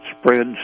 spreads